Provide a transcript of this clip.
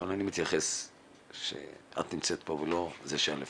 אבל אני מתייחס לזה שאת נמצאת פה ולא לזה שהיה לפנייך.